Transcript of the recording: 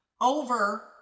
over